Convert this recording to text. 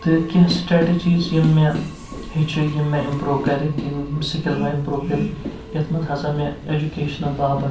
تہٕ کیٚنٛہہ سِٹریٹٕجیٖز یِم مےٚ ہیٚچھہِ یِم مےٚ امپرٛو کَرِ یِم سِکِل مےٚ امپرٛوٗ کٔرۍ یَتھ منٛز ہسا مےٚ ایٚجوکیشَنہٕ باپَتھ